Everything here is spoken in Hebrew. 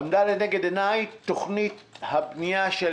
עמדה לנגד עיניי תוכנית הבנייה של,